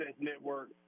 Network